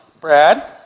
Brad